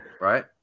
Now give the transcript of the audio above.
right